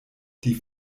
die